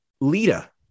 Lita